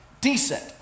decent